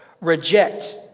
reject